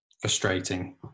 frustrating